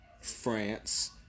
France